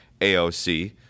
AOC